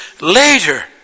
later